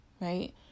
Right